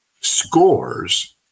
scores